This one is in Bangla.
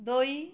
দই